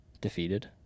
defeated